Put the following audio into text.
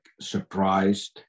surprised